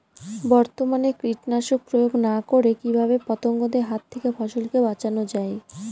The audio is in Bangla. বর্তমানে কীটনাশক প্রয়োগ না করে কিভাবে পতঙ্গদের হাত থেকে ফসলকে বাঁচানো যায়?